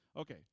Okay